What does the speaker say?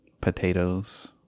potatoes